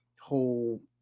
whole